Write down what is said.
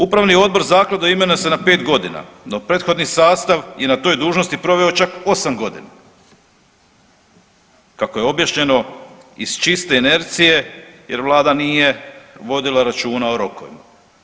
Upravni odbor zaklade imenuje se na 5.g., no prethodni sastav je na toj dužnosti proveo čak 8.g., kako je objašnjeno iz čiste enercije jer vlada nije vodila računa o rokovima.